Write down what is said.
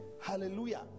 hallelujah